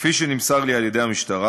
כפי שנמסר לי מהמשטרה,